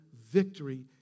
victory